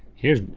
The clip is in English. here's,